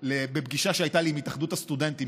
בפגישה שהייתה לי עם התאחדות הסטודנטים,